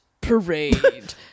parade